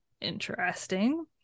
Interesting